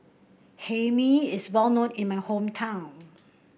Hae Mee is well known in my hometown